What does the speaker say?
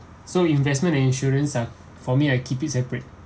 so investment and insurance ah for me I keep it separate